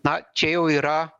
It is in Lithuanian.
na čia jau yra